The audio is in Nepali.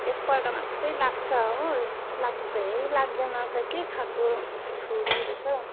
एकपल्ट मात्र लाग्छ हो लाग्दै लाग्दैन रहेछ के खालको छुरी रहेछ हौ